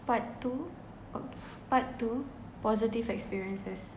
part two part two positive experiences